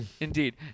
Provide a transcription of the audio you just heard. indeed